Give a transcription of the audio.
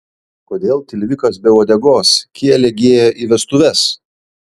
kodėl tilvikas be uodegos kielė gi ėjo į vestuves